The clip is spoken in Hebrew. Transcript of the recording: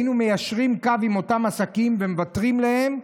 היינו מיישרים קו עם אותם עסקים ומוותרים להם,